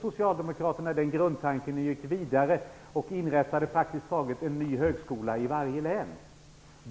Socialdemokraterna spräckte den grundtanken och gick vidare och inrättade en ny högskola i praktiskt taget varje län.